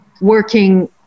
working